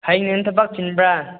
ꯍꯌꯦꯡ ꯊꯕꯛ ꯆꯤꯟꯕ꯭ꯔꯥ